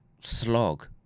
slog